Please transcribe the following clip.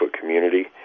community